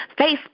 Facebook